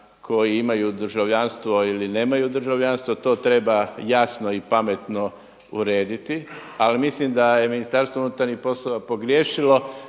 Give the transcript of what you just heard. koji imaju državljanstvo ili nemaju državljanstvo, to treba jasno i pametno urediti, ali mislim da je MUP pogriješilo